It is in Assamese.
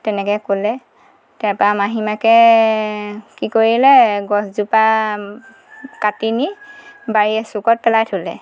তেনেকৈ ক'লে তাপা মাহীমাকে কি কৰিলে গছজোপা কাটি নি বাৰীৰ এচুকত পেলাই থ'লে